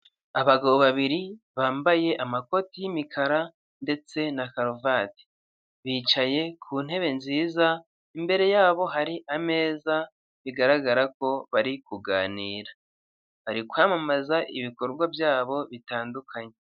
Abagabo babiri bambaye amakoti y'imikara ndetse na karuvati, bicaye ku ntebe nziza imbere yabo hari ameza bigaragara ko bari kuganira, bari kwamamaza ibikorwa byabo bitandukanye.